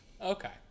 Okay